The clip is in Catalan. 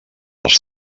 els